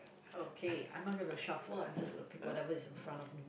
oh K I'm not going to shuffle I'm just going to pick whatever is in front of me